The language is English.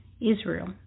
Israel